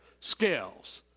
scales